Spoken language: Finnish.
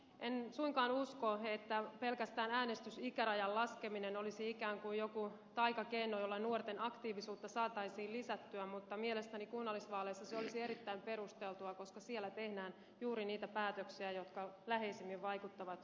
en suinkaan usko että pelkästään äänestysikärajan laskeminen olisi ikään kuin joku taikakeino jolla nuorten aktiivisuutta saataisiin lisättyä mutta mielestäni kunnallisvaaleissa se olisi erittäin perusteltua koska siellä tehdään juuri niitä päätöksiä jotka läheisimmin vaikuttavat nuorten elämään